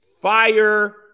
Fire